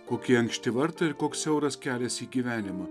kokie ankšti vartai ir koks siauras kelias į gyvenimą